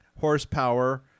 horsepower